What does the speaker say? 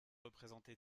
représentée